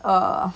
uh